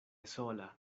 sola